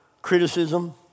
Criticism